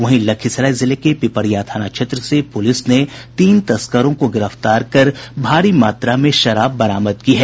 वहीं लखीसराय जिले के पिपरिया थाना क्षेत्र से पुलिस ने तीन तस्करों को गिरफ्तार कर भारी मात्रा में विदेशी शराब बरामद की है